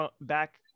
back